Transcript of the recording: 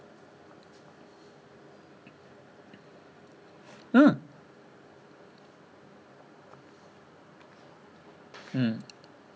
mm mm